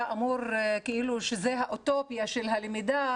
אמור להיות כאילו שזה האוטופיה של הלמידה,